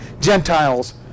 Gentiles